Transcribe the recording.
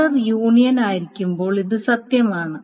order union ആയിരിക്കുമ്പോൾ ഇത് സത്യമാണ്